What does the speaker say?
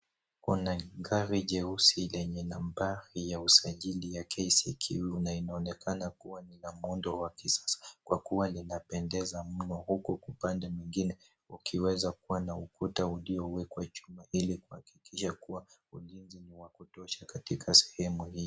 Kuna gari jeusi lenye namba ya usajili ya KCQ na inaonekana kuwa ni la muundo wa kisasa kwa kuwa linapendeza mno huku upande mwingine ukiweza kuwa na ukuta uliowekwa chuma ili kuhakikisha kuwa ulinzi ni wa kutosha katika sehemu hii .